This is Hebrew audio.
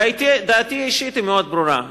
דעתי האישית מאוד ברורה,